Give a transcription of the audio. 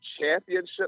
championship